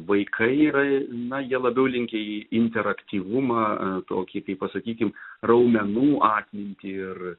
vaikai yra na jie labiau linkę į interaktyvumą tokį kaip pasakykim raumenų atmintį ir